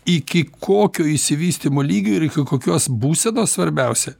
iki kokio išsivystymo lygio ir iki kokios būsenos svarbiausia